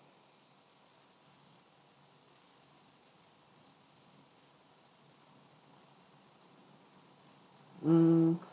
mm